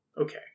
Okay